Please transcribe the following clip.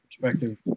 perspective